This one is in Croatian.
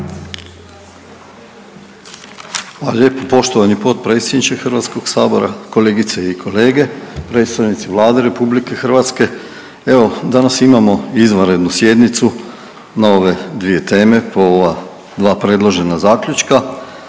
lijepo. Poštovani potpredsjedniče HS-a, kolegice i kolege, predstavnici Vlade RH. Evo danas imamo izvanrednu sjednicu nove dvije teme po ova dva predložena zaključka.